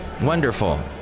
Wonderful